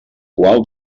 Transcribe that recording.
qual